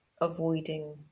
avoiding